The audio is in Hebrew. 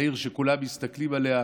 היא העיר שכולם מסתכלים עליה.